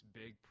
big